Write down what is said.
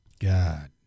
God